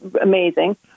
amazing